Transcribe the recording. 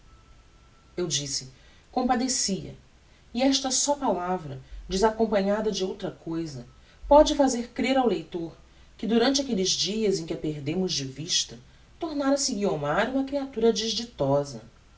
eu disse compadecia e esta só palavra desacompanhada de outra cousa póde fazer crer ao leitor que durante aquelles dias em que a perdemos de vista tornara-se guiomar uma creatura desditosa